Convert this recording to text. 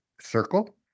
circle